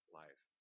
life